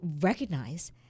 recognize